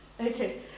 Okay